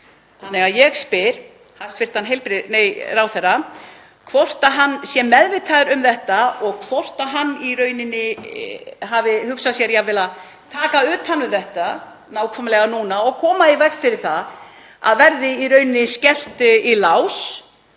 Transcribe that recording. hæstv. ráðherra hvort hann sé meðvitaður um þetta og hvort hann hafi hugsað sér jafnvel að taka utan um þetta nákvæmlega núna og koma í veg fyrir að það verði í rauninni skellt í lás,